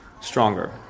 stronger